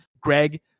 Greg